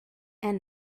and